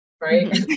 right